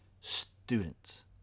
students